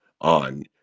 on